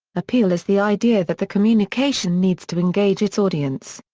appeal is the idea that the communication needs to engage its audience.